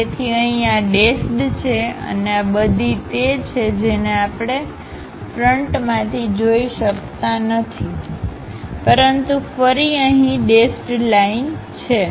તેથી અહી આ ડેશડ છે અને આ બધી તે છે જેને આપણે ફ્રંટમાંથી જોઈશકતા નથીપરંતુ ફરી અહીં ડેશ્ડલાઇન છે